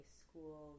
school